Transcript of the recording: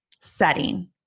setting